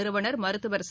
நிறுவன் மருத்துவர் ச